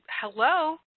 Hello